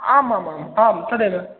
आम् आम् आम् आम् तदेव